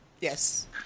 Yes